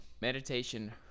meditation